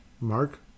Mark